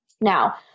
Now